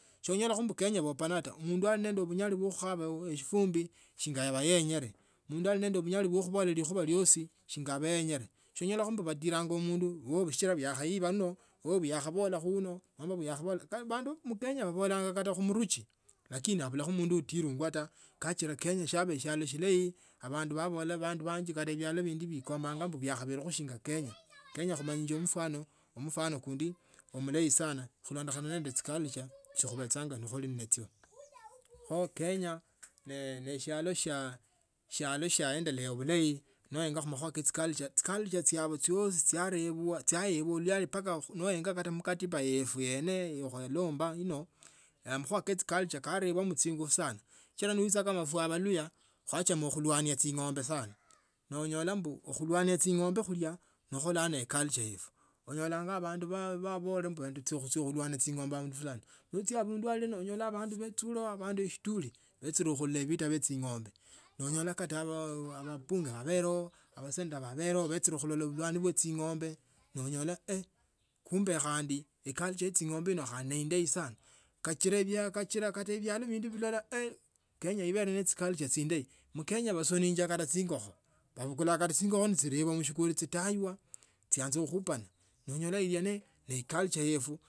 Sonyolakho mbu kenya bakhupanga ta. Umundu ale nende bunyala bwa khukhaba shifundi shinga yeba yaenyere mundu ali nendu bunyali bwa khukhola nende khubola ukhuwa iyosi shinga yakhaba neyengele sonyola batila mundu sichila yakhaiba ano ta oli yakhabolakho uno nomba yakhabola uno bandu mkenya babola kata mumuruchi lakini abulakho mundu atilwanga taa kachila kenya shiaba shialo shilayi abandu babola banji kata bialo bindi bikombanga mbu biukhabelekho shinga kenya kenya khumanya mfano kunde mulayi sana khulondokhana nende chiculture chikubechanga khule nalo kho kenya neshialo shia. andelea bulayi noenga khumakhuwa kaa chiculture. echiculture chiabwe chyosi chiabwa liyali mpaka noenga mkatiba yefwe ye khulomba eno amakhuwa ke chiculture chiaremwamo chingufu sana sichila noicha ifwe abaluhya kwachama khulwanga chingombe sana nonyola mbu khulwanga chingombe khulya ndo khulana eculture onyola abandu baboile ese njinyanga khulwana chingombe abundu fulani no ochio abundu alya nonyola abandu bechuleo bandu eshkuli bechile khulola evita vya chingombe nonyola kata aba bunge babeko bechile khulola ubulwani bwa chingombe nonyola kumbe khandi eculture ya chingombe khandi nendayi sana kachiranga kata khande mshialo bindu silala kenya ibele ne chiculture chindayi mkenya basolanga kata ingokho. Bakulanga kata chingokho nechimbwa msikuhu chitaywa chianza khupona nonyora ingokho yene neaihua yetu.